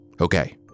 Okay